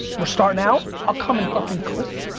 we're starting out. i'll come and fucking clean.